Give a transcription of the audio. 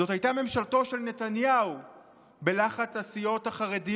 זאת הייתה ממשלתו של נתניהו, בלחץ הסיעות החרדיות,